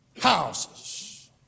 houses